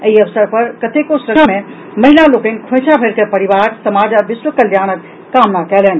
एहि अवसर पर कतेको संख्या मे महिला लोकनि खोईंचा भरि कऽ परिवार समाज आ विश्व कल्याणक कामना कयलनि